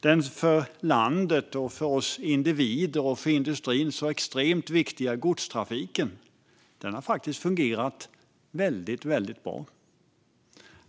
Den för landet, för oss som individer och för industrin så extremt viktiga godstrafiken har faktiskt fungerat väldigt bra.